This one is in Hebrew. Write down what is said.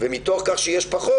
ומתוך כך שיש פחות,